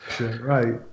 right